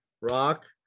Rock